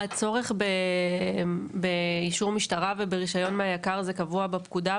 הצורך באישור משטרה וברישיון מהיק"ר קבוע בפקודה,